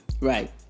Right